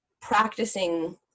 practicing